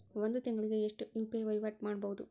ಒಂದ್ ತಿಂಗಳಿಗೆ ಎಷ್ಟ ಯು.ಪಿ.ಐ ವಹಿವಾಟ ಮಾಡಬೋದು?